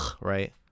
right